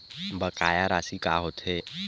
बकाया राशि का होथे?